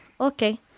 okay